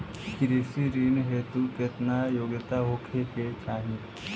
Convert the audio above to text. कृषि ऋण हेतू केतना योग्यता होखे के चाहीं?